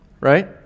right